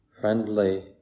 friendly